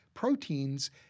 proteins